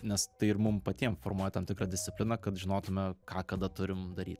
nes tai ir mum patiem formuoja tam tikrą discipliną kad žinotume ką kada turim daryt